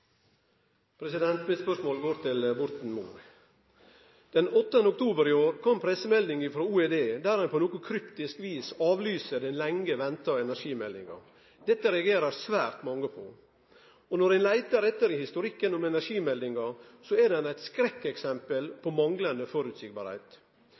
Mitt spørsmål går til Borten Moe. Den 8. oktober i år kom ei pressemelding frå Olje- og energidepartementet, der ein på noko kryptisk vis avlyser den lenge venta energimeldinga. Dette reagerer svært mange på, og når ein leiter etter i historikken om energimeldinga, er det eit skrekkeksempel